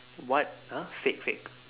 what !huh! fake fake